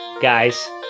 Guys